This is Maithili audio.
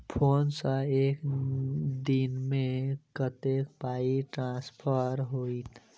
फोन सँ एक दिनमे कतेक पाई ट्रान्सफर होइत?